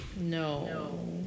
No